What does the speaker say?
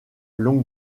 long